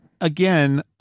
Again